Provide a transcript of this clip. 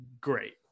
great